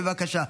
בבקשה,